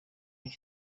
aho